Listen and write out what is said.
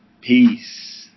peace